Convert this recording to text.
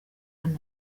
nabi